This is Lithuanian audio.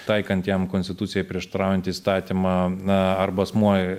taikant jam konstitucijai prieštaraujantį įstatymą na arba asmuo